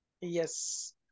yes